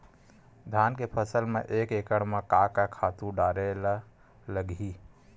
धान के फसल म एक एकड़ म का का खातु डारेल लगही?